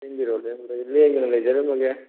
ꯂꯦꯡꯕꯤꯔꯛꯂꯣ ꯂꯦꯡꯕꯤꯔꯛꯂꯣ ꯑꯩ ꯂꯦꯡꯗꯅ ꯂꯩꯖꯔꯝꯃꯒꯦ